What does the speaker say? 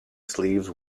sleeves